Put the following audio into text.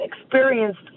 experienced